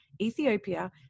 Ethiopia